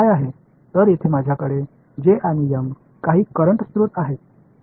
எனவே இங்கே மின்சார ஆதாரங்கள் J மற்றும் M மற்றும் சில தொகுதிகளில் பரவுகின்றன